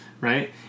right